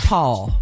Paul